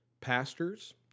pastors